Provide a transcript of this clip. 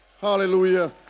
hallelujah